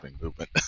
movement